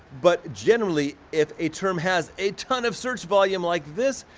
but generally, if a term has a ton of search volume like this,